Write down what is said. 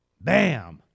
Bam